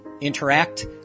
interact